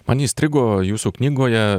man įstrigo jūsų knygoje